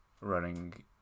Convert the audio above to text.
running